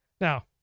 Now